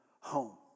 home